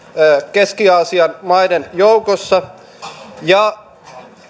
keski aasian maiden joukossa ja